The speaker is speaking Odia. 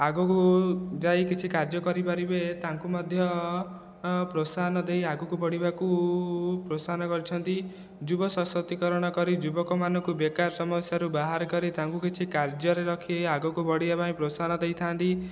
ଆଗକୁ ଯାଇ କିଛି କାର୍ଯ୍ୟ କରିପାରିବେ ତାଙ୍କୁ ମଧ୍ୟ ପ୍ରୋତ୍ସାହନ ଦେଇ ଆଗକୁ ବଢ଼ିବାକୁ ପ୍ରୋତ୍ସାହନ କରିଛନ୍ତି ଯୁବ ସଶକ୍ତିକରଣ କରି ଯୁବକମାନଙ୍କୁ ବେକାର ସମସ୍ୟାରୁ ବାହାରକରି ତାଙ୍କୁ କିଛି କାର୍ଯ୍ୟରେ ରଖି ଆଗକୁ ବଢ଼ିବା ପାଇଁ ପ୍ରୋତ୍ସାହନ ଦେଇଥା'ନ୍ତି